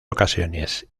ocasiones